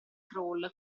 crawl